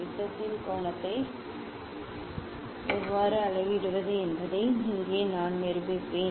ப்ரிஸத்தின் கோணத்தை எவ்வாறு அளவிடுவது என்பதை இங்கே நான் நிரூபிக்கிறேன்